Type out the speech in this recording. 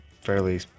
fairly